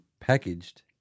packaged